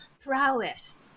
prowess